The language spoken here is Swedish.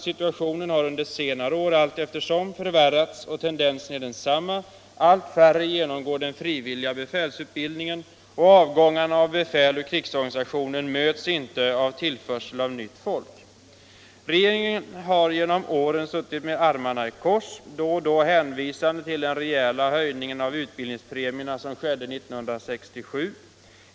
Situationen har under senare år efter hand förvärrats, och tendensen är densamma: allt färre genomgår den frivlliga befälsutbildningen, och avgångarna av befäl ur krigsorganisationen möts inte av tillförsel av nytt folk. Regeringen har genom åren suttit med armarna i kors, då och då hänvisande till den rejäla höjning av utbildningspremierna som skedde 1967.